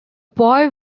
boy